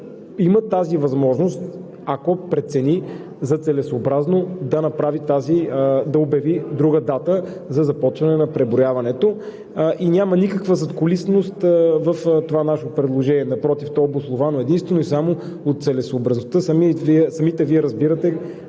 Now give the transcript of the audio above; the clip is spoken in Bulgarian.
има тази възможност, ако прецени за целесъобразно, да обяви друга дата за започване на преброяването. Няма никаква задкулисност в това наше предложение. Напротив, то е обосновано единствено и само от целесъобразността. Самите Вие разбирате